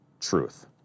truth